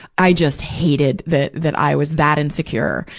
i just hated that, that i was that insecure.